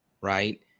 right